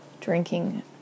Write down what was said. drinking